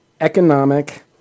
economic